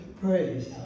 Praise